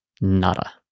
nada